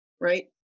right